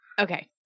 Okay